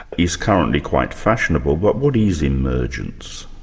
is currently quite fashionable, but what is emergence?